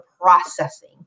processing